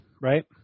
right